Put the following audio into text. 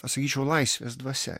pasakyčiau laisvės dvasia